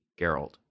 Geralt